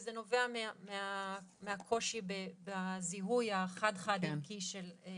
וזה נובע מהקושי בזיהוי החד חד ערכי של החיה.